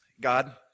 God